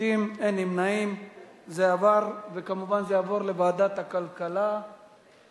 התשע"א 2011, לדיון מוקדם בוועדת הכלכלה נתקבלה.